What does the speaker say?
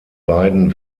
beiden